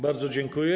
Bardzo dziękuję.